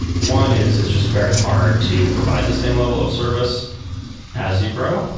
one is it's just very hard to provide the same level of service as you grow,